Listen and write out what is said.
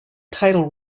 title